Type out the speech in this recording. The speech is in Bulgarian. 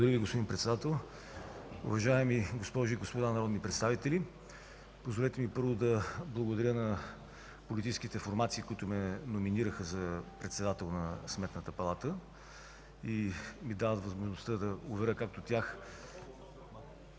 Благодаря Ви, господин Председател. Уважаеми госпожи и господа народни представители, позволете ми първо да благодаря на политическите формации, които ме номинираха за председател на Сметната палата и ми дават възможността да уверя както тях,